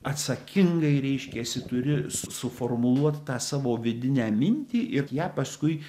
atsakingai reiškiasi turi suformuluot tą savo vidinę mintį ir ją paskui